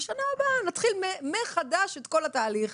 שנה הבאה נתחיל מחדש את כל התהליך